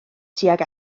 tuag